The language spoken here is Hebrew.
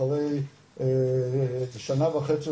אחרי שנה וחצי,